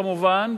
כמובן,